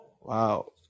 Wow